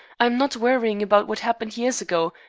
i'm not worrying about what happened years ago.